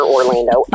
Orlando